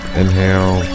inhale